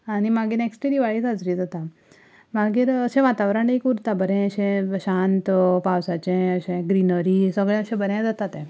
आनी मागीर next day Diwali सजरी जाता मागीर अशें वातावरण एक उरता बरें अशें शांत पावसांचें अशें ग्रिनरी सगळ्यांक अशें बरें जाता तें